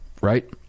right